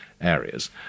areas